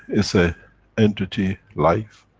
it's a entity, life,